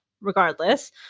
regardless